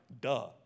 duh